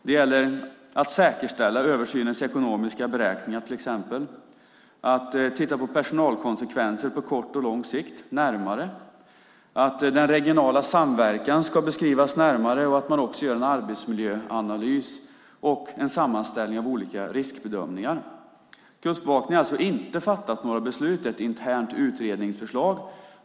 Det gäller att säkerställa översynens ekonomiska beräkningar till exempel, att titta närmare på personalkonsekvenser på kort och lång sikt, att den regionala samverkan ska beskrivas närmare och att man också gör en arbetsmiljöanalys och en sammanställning av olika riskbedömningar. Kustbevakningen har alltså inte fattat några beslut. Det är ett internt utredningsförslag.